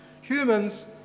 Humans